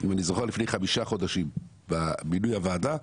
אם אני זוכר נכון, לפני 5 חודשים עם מינוי הוועדה,